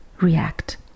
react